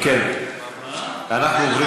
אם כן, אנחנו עוברים